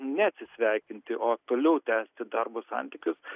neatsisveikinti o toliau tęsti darbo santykius